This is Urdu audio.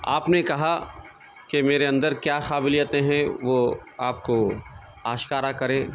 آپ نے کہا کہ میرے اندر کیا قابلیتیں ہیں وہ آپ کو آشکار کریں